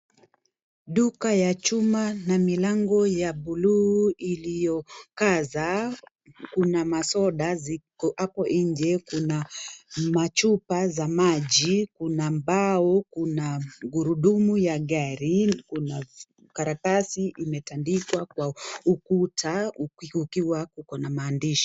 Duka ya juma na milango ya bluu iliyokaza, kuna masoda ziko hapo nje, kuna machupa za maji, kuna mbao, kuna gurudumu ya gari na karatasi imeandikwa kwenye ukuta kukiwa kuko na maandishi.